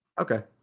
Okay